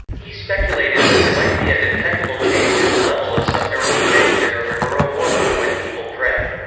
he speculated that there might be a detectable change in the level of some neurotransmitter or neurohormone when people pray.